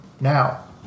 Now